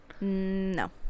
No